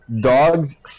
dogs